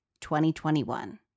2021